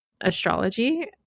astrology